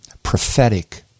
prophetic